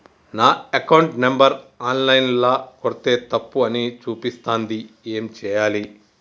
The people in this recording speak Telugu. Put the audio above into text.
నా అకౌంట్ నంబర్ ఆన్ లైన్ ల కొడ్తే తప్పు అని చూపిస్తాంది ఏం చేయాలి?